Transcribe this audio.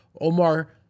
Omar